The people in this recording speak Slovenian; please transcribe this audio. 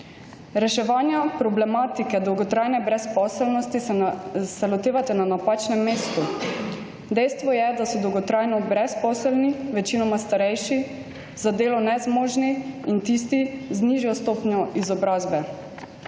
Reševanja problematike dolgotrajne brezposelnosti se lotevate na napačnem mestu. Dejstvo je, da so dolgotrajno brezposelni večinoma starejši, za delo nezmožni in tisti z nižjo stopnjo izobrazbe.